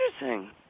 interesting